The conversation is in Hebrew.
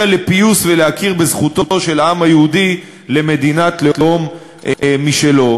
לפיוס ולהכיר בזכותו של העם היהודי למדינת לאום משלו.